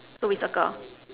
two big circles